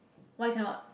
why cannot